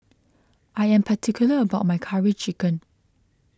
I am particular about my Curry Chicken